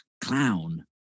clown